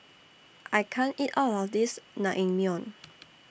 I can't eat All of This Naengmyeon